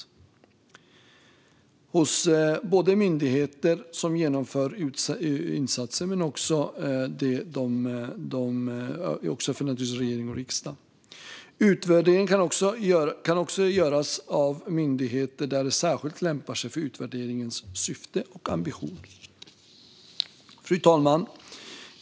Regeringen instämmer i att oberoende effektutvärderingar är av stor vikt. Utvärderingar i syfte att öka lärandet hos de myndigheter som genomför insatser är också betydelsefulla. Utvärderingar kan även göras av dessa myndigheter, där det särskilt lämpar sig för utvärderingens syfte och ambition. Herr talman!